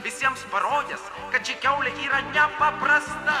visiems parodęs kad ši kiaulė yra nepaprasta